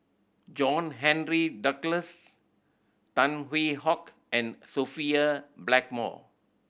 John Henry Duclos Tan Hwee Hock and Sophia Blackmore